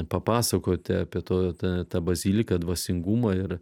papasakoti apie to tą tą baziliką dvasingumą ir